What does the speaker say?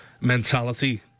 mentality